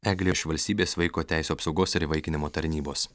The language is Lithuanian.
eglė iš valstybės vaiko teisių apsaugos ir įvaikinimo tarnybos